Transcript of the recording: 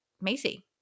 Macy